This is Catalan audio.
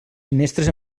finestres